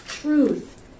truth